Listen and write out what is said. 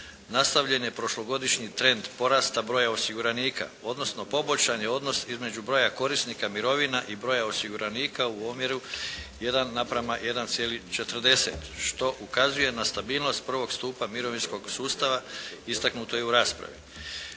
nastavljen je prošlogodišnji trend porasta broja osiguranika odnosno poboljšan je odnos između broja korisnika mirovina i broja osiguranika u omjeru 1:1,40 što ukazuje na stabilnost prvog stupnja mirovinskog sustava, istaknuto je u raspravi.